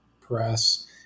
press